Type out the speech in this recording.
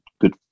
good